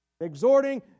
exhorting